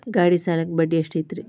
ಗಾಡಿ ಸಾಲಕ್ಕ ಬಡ್ಡಿ ಎಷ್ಟೈತ್ರಿ?